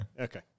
Okay